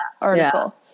article